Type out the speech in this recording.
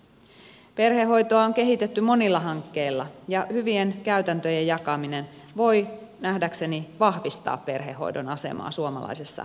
perhehoitoa on kehitetty monilla hankkeilla ja hyvien käytäntöjen jakaminen voi nähdäkseni vahvistaa perhehoidon asemaa suomalaisessa yhteiskunnassa